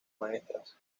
maestras